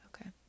Okay